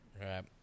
Right